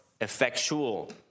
effectual